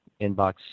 Inbox